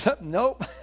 nope